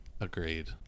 Agreed